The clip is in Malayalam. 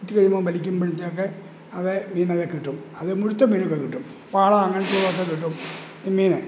കൊത്തിക്കഴിയുമ്പം വലിക്കുമ്പോഴത്തേക്ക് അതെ മീനതിൽക്കിട്ടും അത് മുഴുത്ത മീനൊക്കെക്കിട്ടും വാള അങ്ങനത്തെ ഉള്ളതൊക്കെ കിട്ടും നെയ്മ്മീനെ